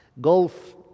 golf